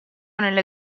nelle